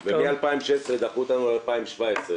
דחו אותנו ל-2017.